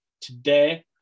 today